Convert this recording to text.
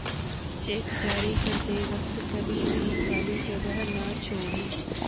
check जारी करते वक्त कभी भी खाली जगह न छोड़ें